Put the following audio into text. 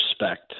respect